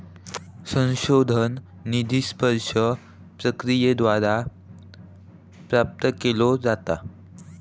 संशोधन निधी स्पर्धा प्रक्रियेद्वारे प्राप्त केलो जाता